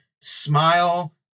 Smile